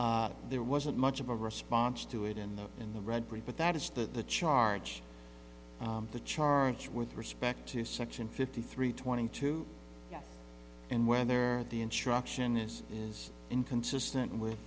critique there wasn't much of a response to it in the in the read brief but that is that the charge of the charge with respect to section fifty three twenty two and whether the instruction is is inconsistent with